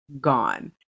gone